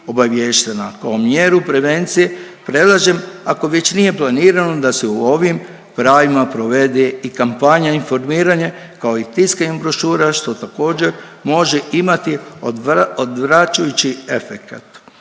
Kao mjeru prevencije predlažem ako već nije planirano da se u ovim pravima provede i kampanja i informiranje, kao i tiskanjem brošura, što također može imati odvraćajući efekat.